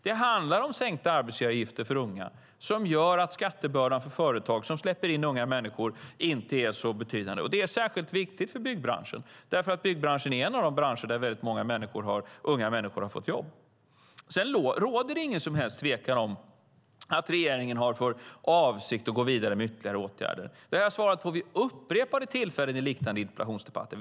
Det handlar om sänkta arbetsgivaravgifter för unga, som gör att skattebördan för företag som släpper in unga människor inte är så betydande. Det är särskilt viktigt för byggbranschen, därför att byggbranschen är en av de branscher där väldigt många unga människor har fått jobb. Sedan råder det ingen som helst tvekan om att regeringen har för avsikt att gå vidare med ytterligare åtgärder. Det har jag svarat på vid upprepade tillfällen i liknande interpellationsdebatter.